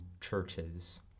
churches